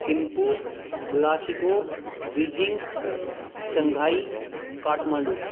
Thimphu glasgow Beijing Shanghai Kathmandu